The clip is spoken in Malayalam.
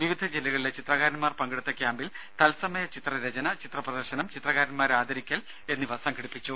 വിവിധ ജില്ലകളിലെ ചിത്രകാരന്മാർ പങ്കെടുത്ത ക്യാമ്പിൽ തൽസമയ ചിത്രരചന ചിത്രപ്രദർശനം ചിത്രകാരൻമാരെ ആദരിക്കൽ എന്നിവ നടന്നു